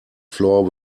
floor